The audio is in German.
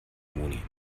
moni